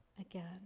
again